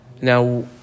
Now